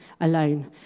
alone